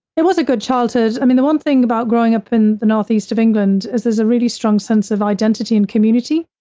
it was a good childhood. i mean, the one thing about growing up in the northeast of england is there's a really strong sense of identity and community.